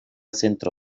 zentro